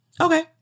Okay